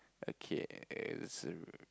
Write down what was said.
okay err